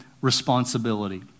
responsibility